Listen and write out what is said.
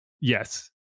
yes